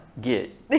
get